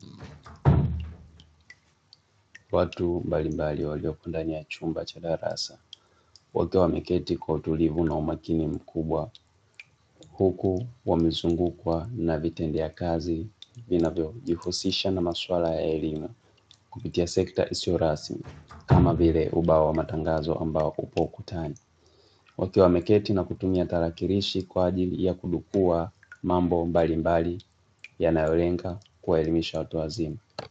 Watu mbalimbali walioko ndani ya chumba cha darasa wakiwa wameketi kwa utulivu na umakini mkubwa, huku wamezungukwa na vitendea kazi vinavyojihusisha na maswala ya elimu kupitia sekta isiyo rasmi kama vile ubao wa matangazo ambao upo ukutani, watu wameketi na kutumia tarakilishi kwa ajili ya kunukuu mambo mbalimbali yanayolenga kuwaelimisha watu wazima.